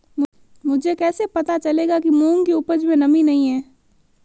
मुझे कैसे पता चलेगा कि मूंग की उपज में नमी नहीं है?